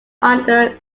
under